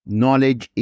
knowledge